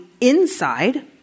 inside